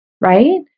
right